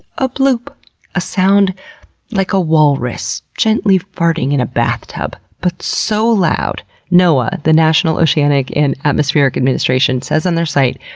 a bloop! a sound like a walrus gently farting in a bathtub. but so loud that noaa the national oceanic and atmospheric administration says on their site,